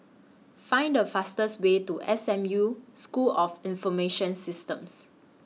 Find The fastest Way to S M U School of Information Systems